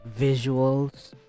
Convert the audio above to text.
visuals